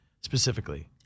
specifically